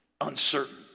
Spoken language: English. uncertain